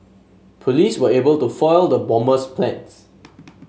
police were able to foil the bomber's plans